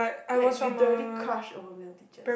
like literally crush over male teachers